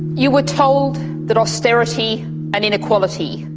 you were told that austerity and inequality,